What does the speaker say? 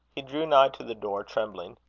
he drew nigh to the door, trembling.